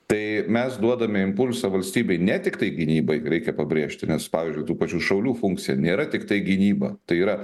tai mes duodame impulsą valstybei ne tiktai gynybai reikia pabrėžti nes pavyzdžiui tų pačių šaulių funkcija nėra tiktai gynyba tai yra